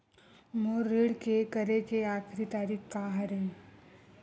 मोर ऋण के करे के आखिरी तारीक का हरे?